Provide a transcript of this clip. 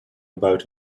about